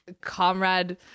Comrade